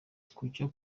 nk’uko